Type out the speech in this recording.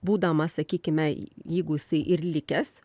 būdamas sakykime jeigu jisai ir likęs